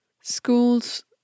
School's